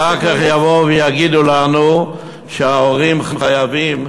ואחר כך יבואו ויגידו לנו שההורים חייבים